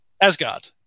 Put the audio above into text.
Asgard